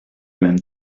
même